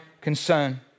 concern